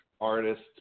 artist